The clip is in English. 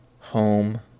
home